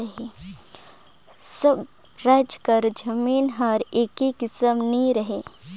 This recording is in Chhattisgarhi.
सब राएज कर जमीन हर एके कस नी रहें